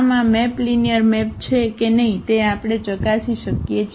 આમ આ map linear map છે કે નહીં તે આપણે ચકાસી શકીએ છીએ